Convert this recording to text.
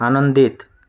ଆନନ୍ଦିତ